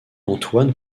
antoine